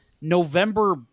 November